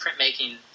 printmaking